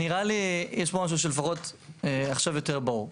נראה לי, יש פה משהו שלפחות עכשיו יותר ברור.